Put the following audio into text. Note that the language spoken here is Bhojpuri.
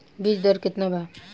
बीज दर केतना बा?